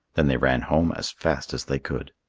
then they ran home as fast as they could.